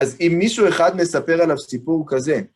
אז אם מישהו אחד מספר עליו סיפור כזה...